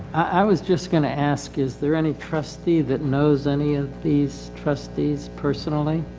i was just gonna ask is there any trustee that knows any of these trustees personally?